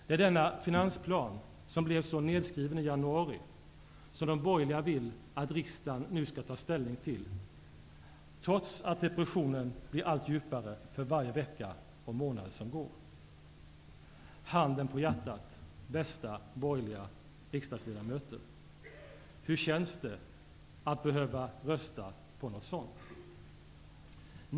Det är denna finansplan, som blev så nedskriven redan i januari, som de borgerliga vill att riksdagen skall ta ställning till, trots att depressionen blir allt djupare för varje vecka och månad som går. Handen på hjärtat, bästa borgerliga riksdagsledamöter, hur känns det att behöva rösta på något sådant?